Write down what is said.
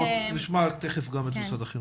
נשמע תכף גם את משרד החינוך.